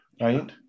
right